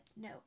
no